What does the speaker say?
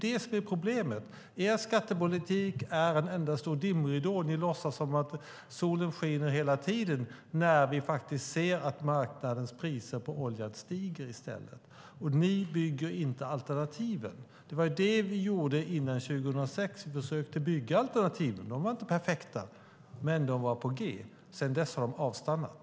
Det är problemet! Er skattepolitik är en enda stor dimridå. Ni låtsas som om solen skiner hela tiden, när vi faktiskt ser att marknadens priser på olja stiger. Ni bygger inte alternativen. Det var det vi gjorde före 2006 - vi försökte bygga alternativen. De var inte perfekta - men de var på G. Sedan dess har de avstannat.